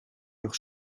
leurs